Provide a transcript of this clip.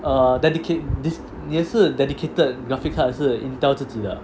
uh dedicate this 你的是 dedicated graphic card 还是 Intel 自己的